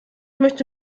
möchte